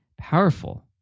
powerful